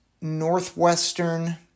Northwestern